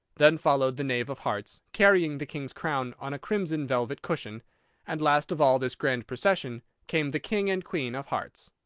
then followed the knave of hearts, carrying the king's crown on a crimson velvet cushion and last of all this grand procession, came the king and queen of hearts.